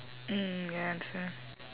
mm ya understand